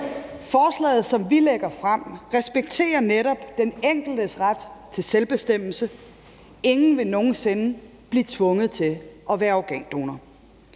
Forslaget, som vi lægger frem, respekterer netop den enkeltes ret til selvbestemmelse. Ingen vil nogen sinde blive tvunget til at være organdonor.